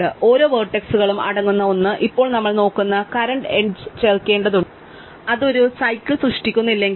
ഓരോ വെർട്ടെക്സുകളും അടങ്ങുന്ന ഒന്ന് ഇപ്പോൾ നമ്മൾ നോക്കുന്ന കറന്റ് എഡ്ജ് ചേർക്കേണ്ടതുണ്ട് അത് ഒരു സൈക്കിൾ സൃഷ്ടിക്കുന്നില്ലെങ്കിൽ